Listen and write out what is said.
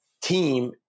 team